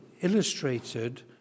illustrated